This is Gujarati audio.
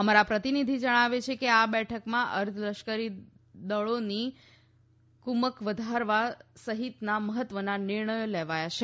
અમારા પ્રતિનિધી જણાવે છે કે આ બેઠકમાં અર્ધલશ્કરી દળોની કુમક વધારવા સહિતનાં મહત્વનાં નિર્ણયો લેવાયા છે